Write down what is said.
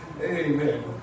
Amen